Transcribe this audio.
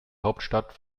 hauptstadt